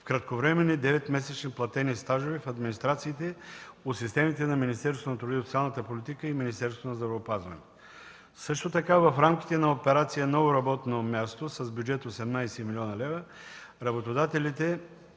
в кратковременни деветмесечни платени стажове в администрациите от системите на Министерството на труда и социалната политика и Министерството на здравеопазването. В рамките на операция „Ново работно място” с бюджет 18 млн. лв. работодателите